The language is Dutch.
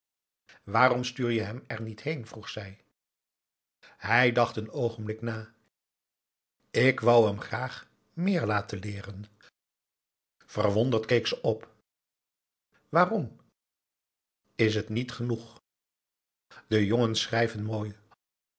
waarom stuur je hem er niet heen vroeg zij hij dacht een oogenblik na ik wou hem graag meer laten leeren verwonderd keek ze op waarom is het niet genoeg de jongens schrijven mooi